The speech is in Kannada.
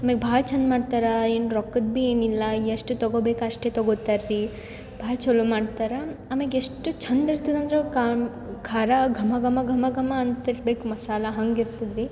ಆಮ್ಯಾಗೆ ಭಾಳ ಚಂದ ಮಾಡ್ತಾರೆ ಏನು ರೊಕ್ಕದ್ದು ಭಿ ಏನಿಲ್ಲ ಎಷ್ಟು ತಗೋಬೇಕು ಅಷ್ಟೇ ತಗೋತಾರ್ರಿ ಭಾಳ ಛಲೋ ಮಾಡ್ತಾರೆ ಆಮ್ಯಾಗೆ ಎಷ್ಟು ಚಂದ ಇರ್ತದೆ ಅಂದ್ರೆ ಕಾಮ್ ಖಾರ ಘಮ ಘಮ ಘಮ ಘಮ ಅಂತ ಇರ್ಬೇಕು ಮಸಾಲೆ ಹಂಗೆ ಇರ್ತದ್ರಿ